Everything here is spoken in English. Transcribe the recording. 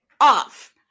off